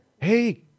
Hey